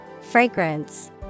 Fragrance